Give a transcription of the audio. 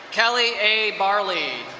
kelly a. barley.